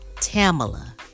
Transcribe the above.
Tamala